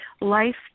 life